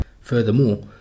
Furthermore